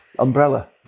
umbrella